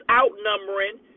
outnumbering